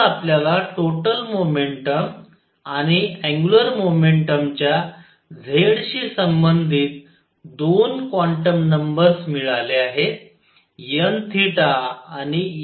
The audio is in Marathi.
तर आपल्याला टोटल मोमेंटम आणि अँग्युलर मोमेंटम च्या z शी संबंधित 2 क्वांटम नंबर्स मिळाले आहेत n आणि n